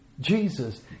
Jesus